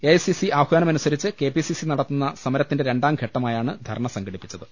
A I C C ആഹ്വാനമനുസരിച്ച് K P C C നടത്തുന്ന സമരത്തിന്റെ രണ്ടാം ഘട്ടമായാണ് ധർണ സംഘടിപ്പിച്ചത്